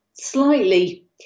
slightly